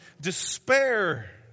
despair